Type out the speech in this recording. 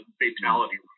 fatality